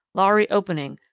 lhari opening!